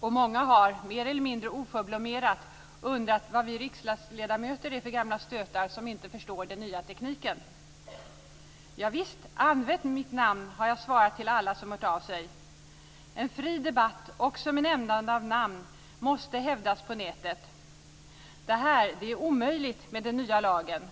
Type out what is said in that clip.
och många har - mer eller mindre oförblommerat - undrat vad vi riksdagsledamöter är för gamla stötar som inte förstår den nya tekniken. "Ja, visst - använd mitt namn", har jag svarat alla som hört av sig. En fri debatt, också med nämnande av namn, måste hävdas på nätet. Det är omöjligt med den nya lagen.